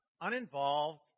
uninvolved